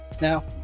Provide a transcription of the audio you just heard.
now